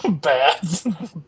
bad